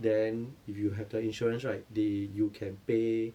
then if you have the insurance right they you can pay